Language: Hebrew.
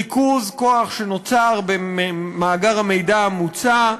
ריכוז כוח שנוצר במאגר המידע המוצע,